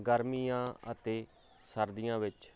ਗਰਮੀਆਂ ਅਤੇ ਸਰਦੀਆਂ ਵਿੱਚ